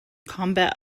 combat